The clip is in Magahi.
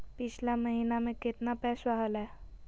पिछला महीना मे कतना पैसवा हलय?